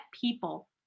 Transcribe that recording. people